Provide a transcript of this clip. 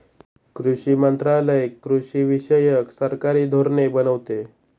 कृषी मंत्रालय कृषीविषयक सरकारी धोरणे बनवते